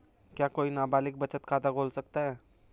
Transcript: क्या कोई नाबालिग बचत खाता खोल सकता है?